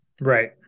Right